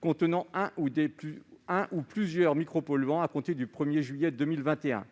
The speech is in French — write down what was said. contenant un ou plusieurs micropolluants, à compter du 1 juillet 2021.